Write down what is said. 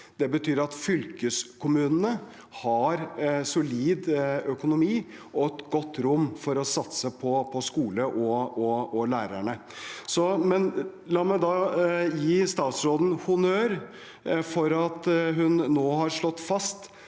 Det betyr at fylkeskommunene har solid økonomi og godt rom for å satse på skole og lærerne. Men la meg gi statsråden honnør for at hun nå har slått fast